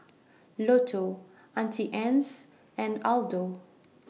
Lotto Auntie Anne's and Aldo